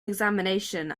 examination